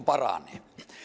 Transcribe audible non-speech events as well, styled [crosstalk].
[unintelligible] paranevat